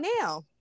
now